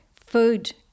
Food